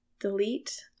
delete